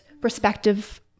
perspective